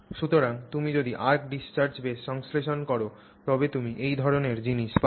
সুতরাং তুমি যদি arc discharge based সংশ্লেষণ কর তবে তুমি এই ধরনের জিনিসই পাবে